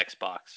Xbox